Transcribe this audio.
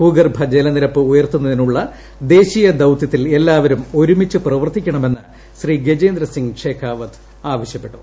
ഭൂഗർഭ ജലനിരപ്പ് ഉയർത്തുന്നതിനുള്ള ദേശീയ ദൌതൃത്തിൽ എക്സ്ടുവരും ഒരുമിച്ച് പ്രവർത്തിക്കണമെന്ന് ശ്രീ ഗജേന്ദ്ര സിംഗ് ഷേഖാവത്ത് ആവശ്യ്പ്പെട്ടു